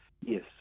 Yes